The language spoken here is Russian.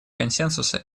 консенсуса